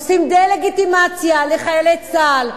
עושים דה-לגיטימציה לחיילי צה"ל,